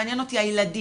מעניין אותי הילדים.